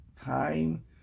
time